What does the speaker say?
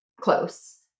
close